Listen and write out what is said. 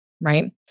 right